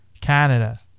Canada